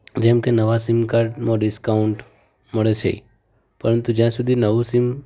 જેમકે નવાં સીમકાર્ડમાં ડીસ્કાઉન્ટ મળે છે પરંતુ જ્યાં સુધી નવું સીમ